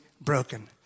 broken